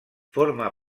forma